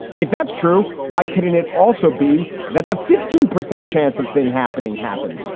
if that's true, why couldn't it also be that the fifteen percent chance of thing happening happened?